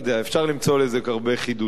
אפשר למצוא לזה הרבה חידודים.